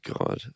God